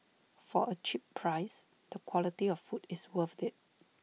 for A cheap price the quality of food is worth IT